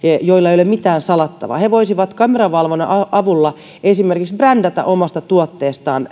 joilla ei ole mitään salattavaa voisivat kameravalvonnan avulla esimerkiksi brändätä omasta tuotteestaan